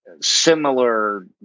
similar